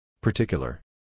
Particular